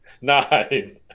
Nine